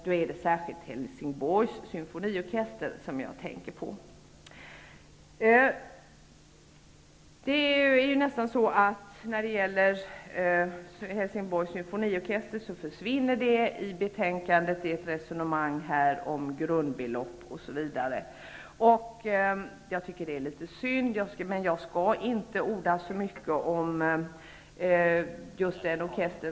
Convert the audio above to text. Då är det särskilt Helsingborgs symfoniorkester jag tänker på. Helsingborgs symfoniorkester ''försvinner'' i betänkandet. Det förs ett resonemang om grundbelopp osv. Jag tycker att det är litet synd. Men jag skall inte orda så mycket om just den orkestern...